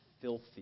Filthy